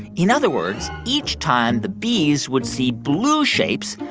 in other words, each time the bees would see blue shapes,